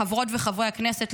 חברות וחברי הכנסת,